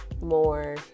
more